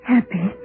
Happy